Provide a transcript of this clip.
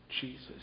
Jesus